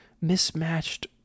mismatched